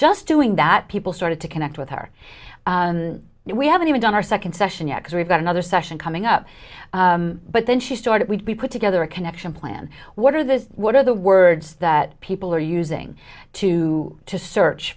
just doing that people started to connect with her we haven't even done our second session next we've got another session coming up but then she started would be put together a connection plan what are the what are the words that people are using to to search